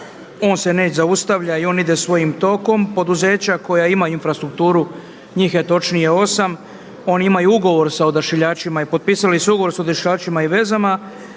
on se ne zaustavlja i on ide svojim tokom. Poduzeća koja imaju infrastrukturu njih je točnije osam, oni imaju ugovor sa Odašiljačima i potpisali su ugovor da Odašiljačima i vezama